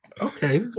Okay